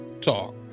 talk